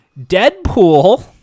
Deadpool